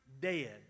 dead